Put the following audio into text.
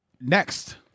Next